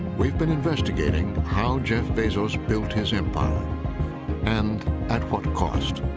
we've been investigating how jeff bezos built his empire and at what cost.